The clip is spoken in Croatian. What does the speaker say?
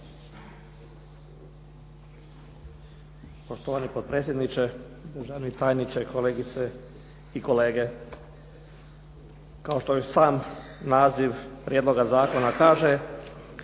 Poštovani potpredsjedniče, državni tajniče, kolegice i kolege. Kao što i sam naziv prijedloga zakona kaže